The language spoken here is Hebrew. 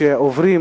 שעוברים